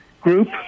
group